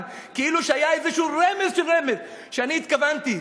כאילו שהיה איזשהו רמז של רמז שאני התכוונתי,